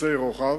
קיצוצי רוחב,